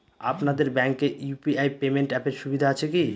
আপনাদের ব্যাঙ্কে UPI payment অ্যাপের সুবিধা আছে কি?